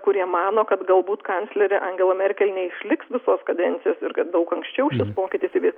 kurie mano kad galbūt kanclerė angela merkel neišliks visos kadencijos ir kad daug anksčiau šis pokytis įvyks